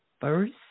first